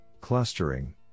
clustering